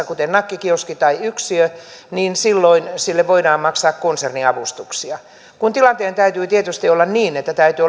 kuten nakkikioski tai yksiö niin silloin sille voidaan maksaa konserniavustuksia kun tilanteen täytyy tietysti olla niin että täytyy